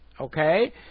Okay